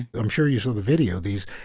i'm sure you saw the video these,